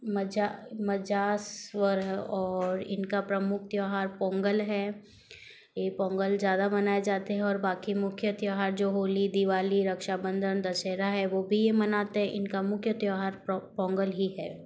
मजा मजास स्वर है और इनका प्रमुख त्योहार पोंगल है ये पोंगल ज़्यादा मनाया जाते हैं और बाकी मुख्य त्योहार जो होली दिवाली रक्षाबंधन दशहरा है वो भी यह मनाते इनका मुख्य त्योहार पोंगल ही है